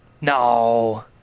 No